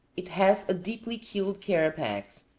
it has a deeply-keeled carapax,